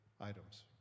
items